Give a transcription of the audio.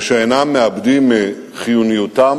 ושאינם מאבדים מחיוניותם,